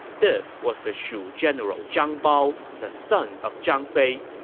this was the shu general zhang bao, the son of zhang fei.